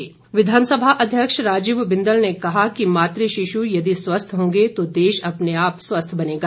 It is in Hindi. बिंदल विघानसभा अध्यक्ष राजीव बिंदल ने कहा कि मातु शिशु यदि स्वस्थ होंगे तो देश अपने आप स्वस्थ बनेगा